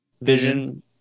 Vision